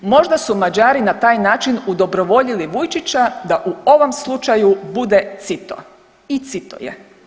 Možda su Mađari na taj način udobrovoljili Vujčića da u ovom slučaju bude cito i cito je.